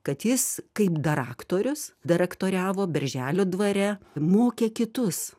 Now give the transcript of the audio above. kad jis kaip daraktorius daraktoriavo berželio dvare mokė kitus